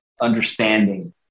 understanding